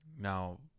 Now